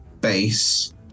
base